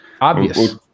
Obvious